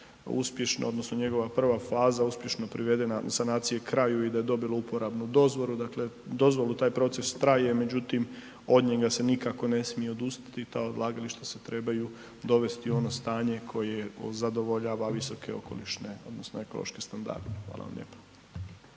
odnosno njegova prva faza uspješno privedena sanacije kraju i da je dobilo uporabnu dozvolu, dakle dozvolu, taj proces traje. Međutim, od njega se nikako ne smije odustati, ta odlagališta se trebaju dovesti u ono stanje koje zadovoljava visoke okolišne odnosno ekološke standarde. Hvala vam lijepo.